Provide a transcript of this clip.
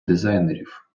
дизайнерів